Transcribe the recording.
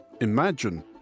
imagine